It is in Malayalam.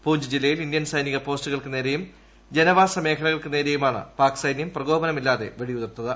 പൂഞ്ച് ജില്ലയിൽ ഇന്ത്യൻ ഐസനിക പോസ്റ്റുകൾക്കു നേരെയും ജനവാസ മേഖലകൾക്കു നേളത്യുമാണ് പാക് സൈന്യം പ്രകോപനമില്ലാതെ വെടിയുതിർത്തത്